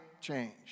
change